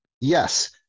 Yes